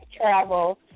travel